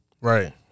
Right